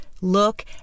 look